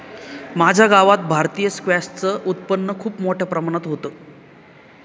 माझ्या गावात भारतीय स्क्वॅश च उत्पादन खूप मोठ्या प्रमाणात होतं